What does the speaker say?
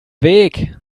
weg